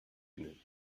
evening